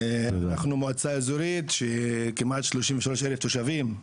אנחנו מועצה אזורית של כמעט שלושים ושלושה אלף תושבים,